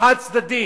חד-צדדי